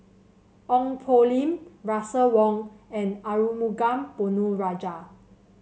Ong Poh Lim Russel Wong and Arumugam Ponnu Rajah